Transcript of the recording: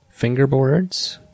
fingerboards